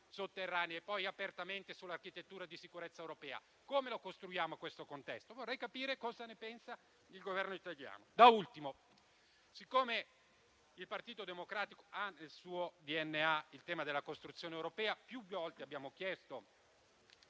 sotterranei e poi apertamente, sull'architettura di sicurezza europea? Come lo costruiamo questo contesto? Vorrei capire cosa ne pensa il Governo italiano. Da ultimo, siccome il Partito Democratico ha nel suo DNA il tema della costruzione europea, più volte abbiamo fatto